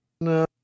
no